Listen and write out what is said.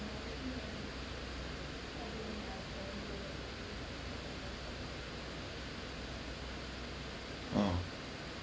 oh